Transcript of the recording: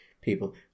people